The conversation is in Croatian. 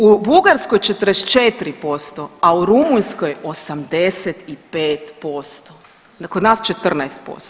U Bugarskoj 44%, a u Rumunjskoj 85%, kod nas 14%